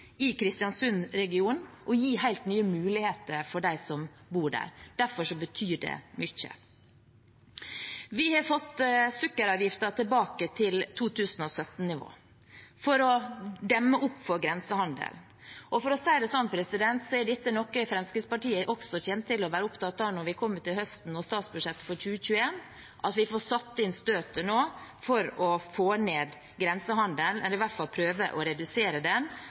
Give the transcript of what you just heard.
i Kristiansund-regionen og gi helt nye muligheter for dem som bor der. Derfor betyr det mye. Vi har fått sukkeravgiften tilbake til 2017-nivå, for å demme opp for grensehandelen. For å si det sånn, så er dette noe Fremskrittspartiet også kommer til å være opptatt av når vi kommer til høsten og statsbudsjettet for 2021, at vi får satt inn støtet nå for å få ned grensehandelen eller i hvert fall prøve å redusere den,